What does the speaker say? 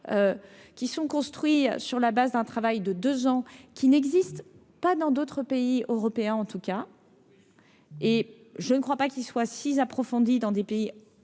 Qui sont construits sur la base d'un travail de 2 ans qui n'existe pas dans d'autres pays européens, en tout cas, et je ne crois pas qu'il soit 6 approfondie dans des pays